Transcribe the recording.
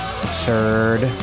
Absurd